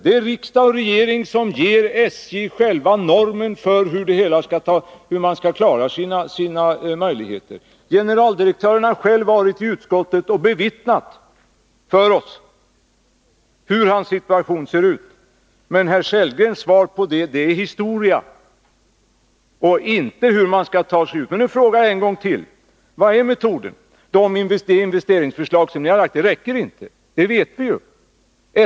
Det är riksdag och regering som ger SJ själva normerna för hur man skall klara problemen. Generaldirektören har själv varit i utskottet och omvittnat hur situationen ser ut. Men herr Sellgren kommer med en historieskrivning och anvisar inte hur man skall ta sig ur krisen. Jag frågar en gång till: Vad är metoden? De investeringsförslag som ni har lagt fram räcker inte. Det vet vi ju.